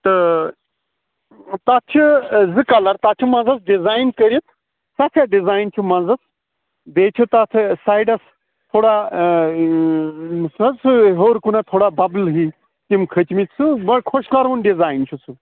تہٕ تَتھ چھِ زٕ کَلَر تَتھ چھِ منٛز ڈِزایِن کٔرِتھ سفیٖد ڈِزایِن چھِ منٛز بیٚیہِ چھِ تَتھ سایڈَس تھوڑا یُس حظ سُہ ہیوٚر کُنَتھ تھوڑا بَبُل ہِوۍ تِم کھٔتۍمٕتۍ سُہ بَڈٕ خۄش کَروُن ڈِزایِن چھُ سُہ